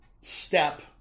step